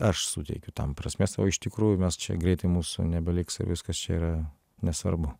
aš suteikiu tam prasmės o iš tikrųjų mes čia greitai mūsų nebeliks ir viskas čia yra nesvarbu